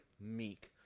meek